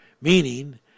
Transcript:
meaning